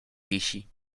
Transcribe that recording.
wisi